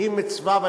הוא מצווה.